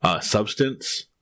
substance